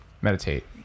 meditate